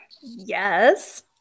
Yes